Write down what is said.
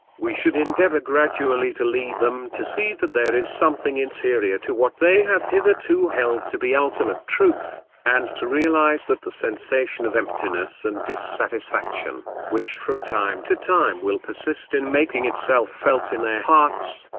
we should endeavour gradually to lead them to see that there is something interior to what they have hitherto held to be ultimate truth, and to realise that the sensation of emptiness and dissatisfaction, which from time to time will persist in making itself felt in their hearts,